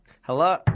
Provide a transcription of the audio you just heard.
Hello